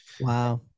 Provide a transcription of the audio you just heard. Wow